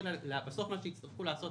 בסוף הרי מה שיצטרכו לעשות